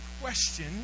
question